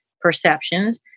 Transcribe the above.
perceptions